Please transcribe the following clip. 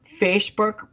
Facebook